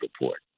report